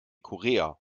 korea